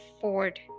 Ford